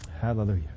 Hallelujah